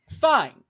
fine